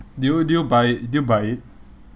did you did you buy it did you buy it